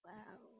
!wow!